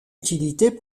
utilité